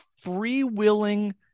free-willing